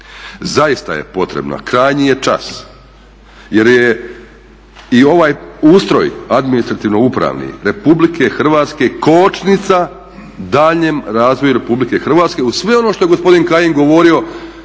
Zaista je potrebno, krajnji je čas jer je i ovaj ustroj, administrativno upravni Republike Hrvatske kočnica daljnjem razvoju Republike Hrvatske. Uz sve ono što je gospodin Kajin govorio